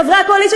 חברי הקואליציה,